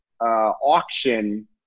auction